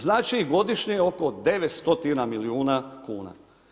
Znači godišnje oko 9 stotina milijuna kuna.